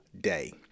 day